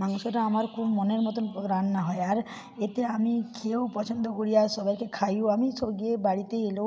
মাংসটা আমার খুব মনের মতন রান্না হয় আর এতে আমি খেয়েও পছন্দ করি আর সবাইকে খাইয়েও আমি সব গিয়ে বাড়িতে এলো